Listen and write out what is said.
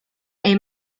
est